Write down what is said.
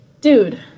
dude